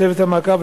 צוות המעקב,